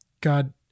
God